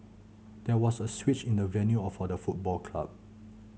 there was a switch in the venue or for the football club